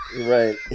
Right